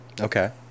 Okay